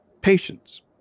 patience